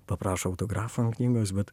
paprašo autografo ant knygos bet